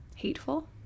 hateful